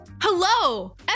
hello